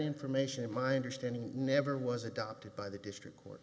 information my understanding it never was adopted by the district court